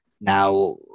Now